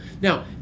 Now